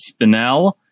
Spinel